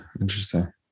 interesting